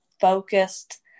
focused